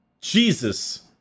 Jesus